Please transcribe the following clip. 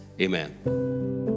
Amen